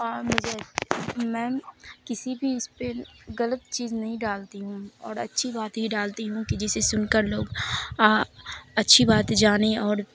اور مجھے میں کسی بھی اس پہ غلط چیز نہیں ڈالتی ہوں اور اچھی بات ہی ڈالتی ہوں کہ جسے سن کر لوگ اچھی بات جانیں اور